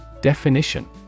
Definition